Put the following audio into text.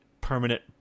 permanent